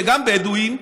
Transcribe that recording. וגם בדואים,